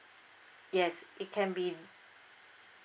yes it can be